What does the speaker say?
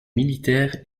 militaires